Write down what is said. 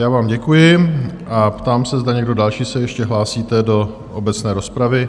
Já vám děkuji a ptám se, zda někdo další se ještě hlásíte do obecné rozpravy?